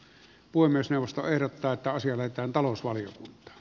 puhemiesneuvosto ehdottaa että asia lähetetään talousvaliokuntaan